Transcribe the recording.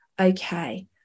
Okay